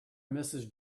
mrs